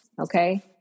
okay